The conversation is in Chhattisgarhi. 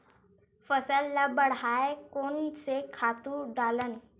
फसल ल बढ़ाय कोन से खातु डालन?